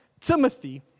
Timothy